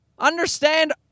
Understand